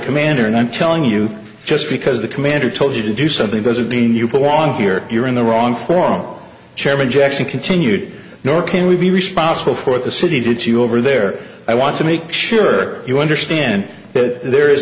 commander and i'm telling you just because the commander told you to do something doesn't mean you belong here you're in the wrong form chairman jackson continued nor can we be responsible for the city did she go over there i want to make sure you understand that there is